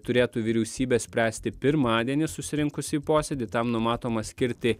turėtų vyriausybė spręsti pirmadienį susirinkusi į posėdį tam numatoma skirti